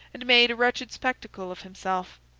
and made a wretched spectacle of himself.